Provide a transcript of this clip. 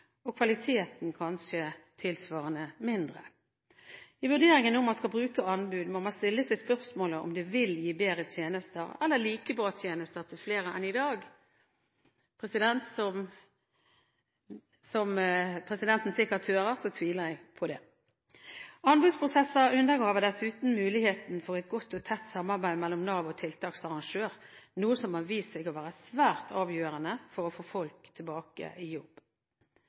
og kvaliteten kanskje tilsvarende mindre. I vurderingen av om man skal bruke anbud, må man stille seg spørsmålet om det vil gi bedre tjenester, eller like bra tjenester, til flere enn i dag. Som presidenten sikkert hører, tviler jeg på det. Anbudsprosesser undergraver dessuten muligheten for et godt og tett samarbeid mellom Nav og tiltaksarrangør, noe som har vist seg å være svært avgjørende for å få folk tilbake i jobb.